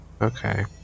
Okay